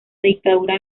dictadura